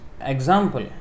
example